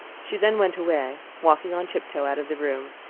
she then went away, walking on tiptoe out of the room,